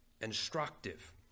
instructive